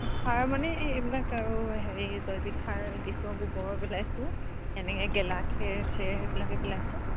সাৰ মানে এই এইবিলাক আৰু হেৰি জৈৱিক সাৰ দিছোঁ গোবৰ পেলাইছোঁ এনেকৈ গেলা খেৰ খেৰ সেইবিলাকে পেলাইছোঁ